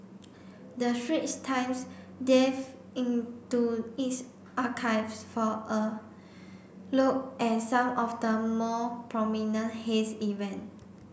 the Straits Times into its archives for a look at some of the more prominent haze events